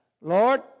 Lord